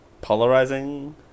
Polarizing